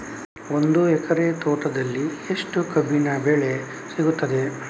ಒಂದು ಎಕರೆ ತೋಟದಲ್ಲಿ ಎಷ್ಟು ಕಬ್ಬಿನ ಬೆಳೆ ಸಿಗುತ್ತದೆ?